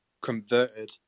converted